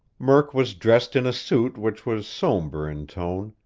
murk was dressed in a suit which was somber in tone,